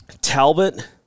Talbot